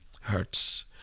hurts